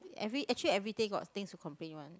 every actually everyday got things to complain one